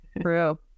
true